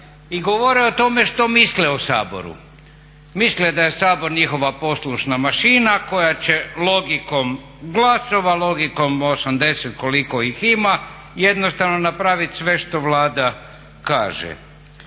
i govore o tome što misle o Saboru. Misle da je Sabor njihova poslušna mašina koja će logikom glasova, logikom osamdeset koliko ih ima jednostavno napraviti sve što Vlada kaže.